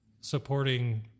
supporting